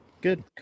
Good